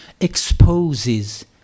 exposes